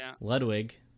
Ludwig